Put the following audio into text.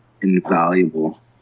invaluable